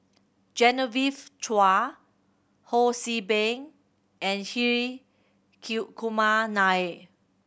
Genevieve Chua Ho See Beng and Hri Kumar Nair